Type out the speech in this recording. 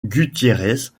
gutiérrez